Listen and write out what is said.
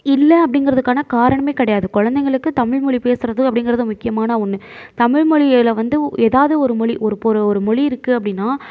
இல்லை அப்படிங்கிறதுக்கான காரணமே கிடையாது குழந்தைங்களுக்கு தமிழ் மொழி பேசுவது அப்படிங்கிறது முக்கியமான ஒன்று தமிழ் மொழியில் வந்து ஏதாவது ஒரு மொழி ஒரு மொழி இருக்குது அப்படினா